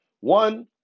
One